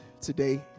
today